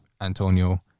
Antonio